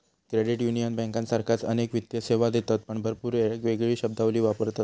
credit union बँकांसारखाच अनेक वित्तीय सेवा देतत पण भरपूर येळेक येगळी शब्दावली वापरतत